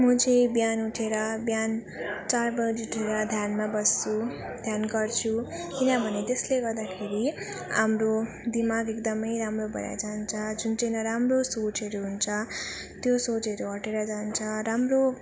म चाहिँ बिहान उठेर बिहान चार बजी उठेर ध्यानमा बस्छु ध्यान गर्छु किनभने त्यसले गर्दाखेरि हाम्रो दिमाग एकदम राम्रो भएर जान्छ जुन चाहिँ नराम्रो सोचहरू हुन्छ त्यो सोचहरू हटेर जान्छ राम्रो